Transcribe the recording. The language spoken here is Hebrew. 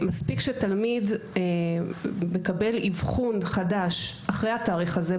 מספיק שתלמיד מקבל אבחון חדש אחרי התאריך הזה,